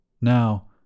Now